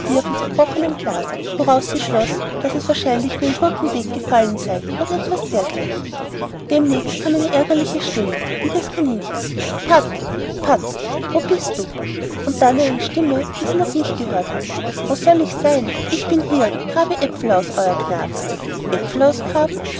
zerbrochenem glase woraus sie schloß daß es wahrscheinlich in ein gurkenbeet gefallen sei oder etwas dergleichen demnächst kam eine ärgerliche stimme die des kaninchens pat pat wo bist du und dann eine stimme die sie noch nicht gehört hatte wo soll ich sind ich bin hier grabe aepfel aus euer jnaden aepfel ausgraben